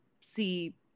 see